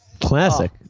Classic